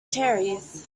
cherries